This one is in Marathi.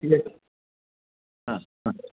हां हां